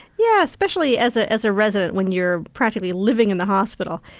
yeah, especially as ah as a resident when you're practically living in the hospital.